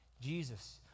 Jesus